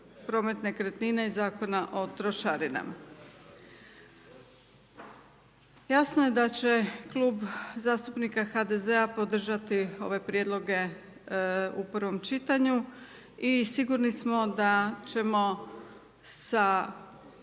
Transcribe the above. promet nekretnina Zakona o trošarinama. Jasno je da će Klub zastupnika HDZ-a, podržati ove prijedloge u prvom čitanju i sigurni smo da ćemo i